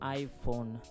iPhone